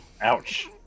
Ouch